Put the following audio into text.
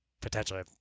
potentially